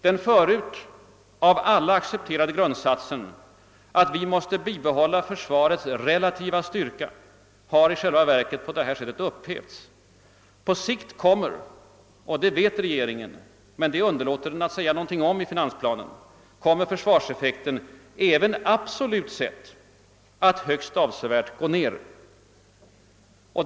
Den förut av alla accepterade grundsatsen att vi måste bibehålla försvarets relativa styrka har i själva verket upphävts. På sikt kommer — och det vet regeringen men det underlåter den att säga någonting om i finansplanen — försvarseffekten även absolut sett att högst avsevärt gå ned.